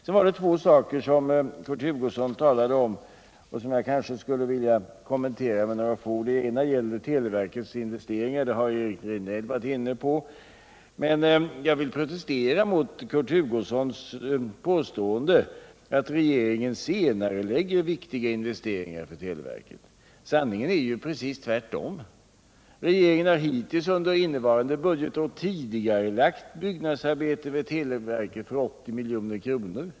Sedan var det två saker som Kurt Hugosson talade om och som jag skulle vilja kommentera med några få ord. Det ena gäller televerkets investeringar. Det har Eric Rejdnell varit inne på men jag vill protestera mot Kurt Hugossons påstående att regeringen senarelägger viktiga investeringar för televerket. Sanningen är precis tvärtom att regeringen hittills under innevarande budgetår har tidigarelagt byggnadsarbeten för televerket för 80 milj.kr.